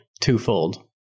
twofold